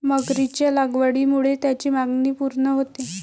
मगरीच्या लागवडीमुळे त्याची मागणी पूर्ण होते